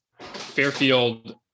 Fairfield